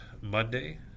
Monday